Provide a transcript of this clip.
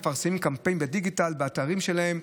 בנוסף, מתפרסם קמפיין בדיגיטל ובאתרים שלהם.